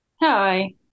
Hi